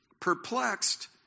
Perplexed